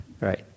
Right